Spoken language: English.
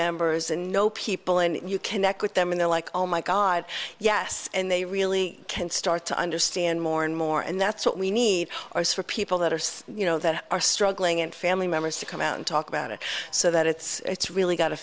members and know people and you connect with them and they're like oh my god yes and they really can start to understand more and more and that's what we need or for people that are so you know that are struggling and family members to come out and talk about it so that it's really got